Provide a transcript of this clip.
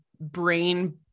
brain